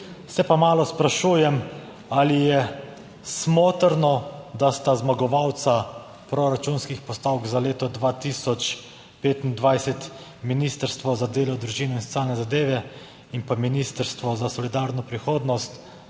Se pa malo sprašujem ali je smotrno, da sta zmagovalca proračunskih postavk za leto 2025 Ministrstvo za delo, družino in socialne zadeve in pa Ministrstvo za solidarno prihodnost.